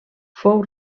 fou